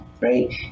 right